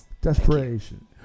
Desperation